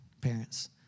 parents